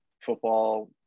football